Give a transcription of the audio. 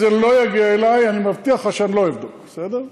אם זה לא יגיע אלי, מבטיח לך שלא אבדוק, בסדר?